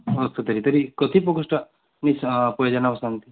अस्तु तर्हि तर्हि कति प्रकोष्ठाः मिस् प्रयोजनं सन्ति